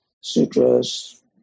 sutras